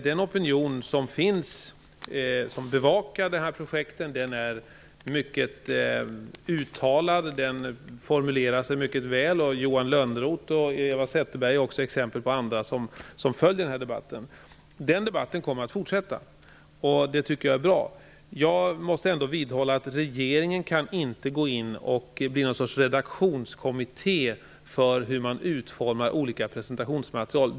Den opinion som bevakar projektet är mycket uttalad och formulerar sig väl. Johan Lönnroth och Eva Zetterberg är exempel på andra som följer debatten. Debatten kommer att fortsätta, och det tycker jag är bra. Men jag måste ändå vidhålla att regeringen inte kan gå in och bli något slags redaktionskommitté för hur man utformar olika presentationsmaterial.